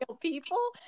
people